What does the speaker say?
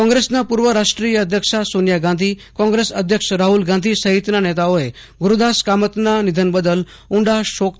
કોંગ્રેસના પૂ ર્વ રાષ્ટ્રીય અધ્યક્ષા સોનીયા ગાંધી કોંગ્રેસ અધ્યક્ષ રાહુલ ગાંધી સહિતના નેતાઓએ ગુરૂદાસ કામતના નિધન બદલ ઊંડા શોકની લાગણી વ્યક્ત કરી છે